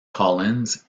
collins